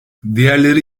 diğerleri